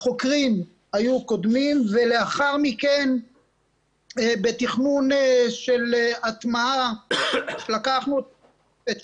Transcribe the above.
החוקרים היו קודמים ולאחר מכן בתכנון של הטמעה שלקחנו ב-2019